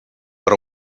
but